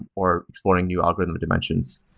or exploring new algorithm dimensions.